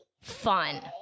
fun